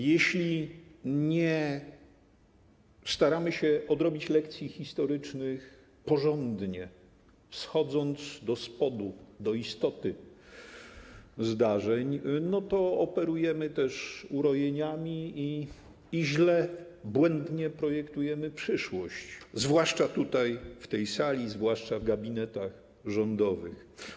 Jeśli nie staramy się odrobić lekcji historycznych porządnie, schodząc do spodu, do istoty zdarzeń, to operujemy też urojeniami i źle, błędnie projektujemy przyszłość, zwłaszcza tutaj, w tej sali, zwłaszcza w gabinetach rządowych.